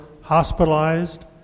hospitalized